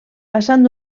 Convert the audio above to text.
passant